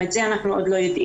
גם את זה אנחנו עוד לא יודעים.